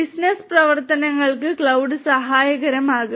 business പ്രവർത്തനങ്ങൾക്ക് cloud സഹായകമാകും